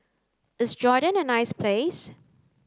is Jordan a nice place